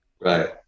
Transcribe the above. Right